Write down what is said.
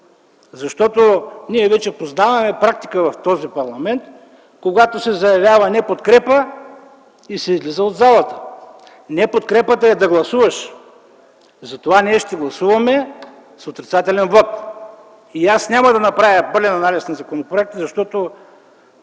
защото ние вече познаваме практика в този парламент, когато се заявява неподкрепа и се излиза от залата. Неподкрепата е да гласуваш. Затова ние ще гласуваме с отрицателен вот и аз няма да направя пълен анализ на законопроекта, защото